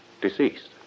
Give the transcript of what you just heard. deceased